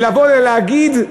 ולבוא ולהגיד: